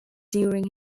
during